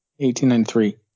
1893